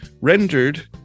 rendered